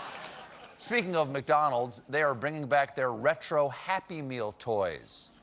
speaking of mcdonald's, they are bringing back their retro happy meal toys.